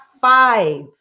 five